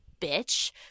bitch